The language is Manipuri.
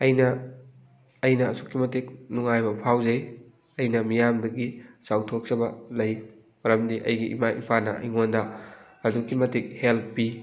ꯑꯩꯅ ꯑꯩꯅ ꯑꯁꯨꯛꯀꯤ ꯃꯇꯤꯛ ꯅꯨꯡꯉꯥꯏꯕ ꯐꯥꯎꯖꯩ ꯑꯩꯅ ꯃꯤꯌꯥꯝꯗꯒꯤ ꯆꯥꯎꯊꯣꯛꯆꯕ ꯂꯩ ꯃꯔꯝꯗꯤ ꯑꯩꯒꯤ ꯏꯃꯥ ꯏꯄꯥꯅ ꯑꯩꯉꯣꯟꯗ ꯑꯗꯨꯛꯀꯤ ꯃꯇꯤꯛ ꯍꯦꯜꯄ ꯄꯤ